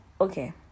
Okay